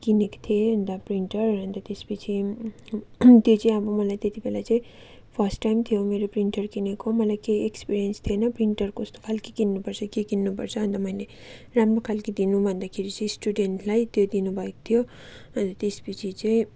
किनेको थिएँ अन्त प्रिन्टर अन्त त्यस पछि त्यो चाहिँ अब मलाई त्यति बेला चाहिँ फर्स्ट टाइम थियो मेरो प्रिन्टर किनेको मलाई केही एक्सपिरियन्स थिएनँ प्रिन्टर कस्तो खाले किन्नु पर्छ के किन्नु पर्छ अन्त मैले राम्रो खाले दिनु भन्दाखेरि चाहिँ स्टुडेन्टलाई त्यो दिनु भएको थियो अन्त त्यस पछि चाहिँ